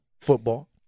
Football